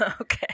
okay